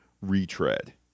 retread